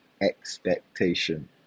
expectation